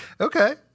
Okay